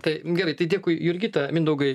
tai gerai tai dėkui jurgita mindaugai